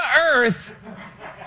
earth